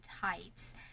heights